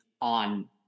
on